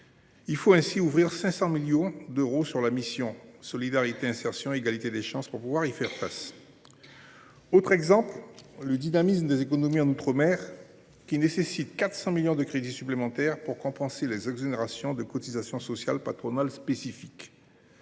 Il faut ainsi ouvrir 500 millions d’euros sur la mission « Solidarité, insertion et égalité des chances » pour y faire face. Autre exemple, le dynamisme des économies en outre mer nécessite 400 millions d’euros de crédits supplémentaires pour compenser les exonérations de cotisations sociales patronales spécifiques.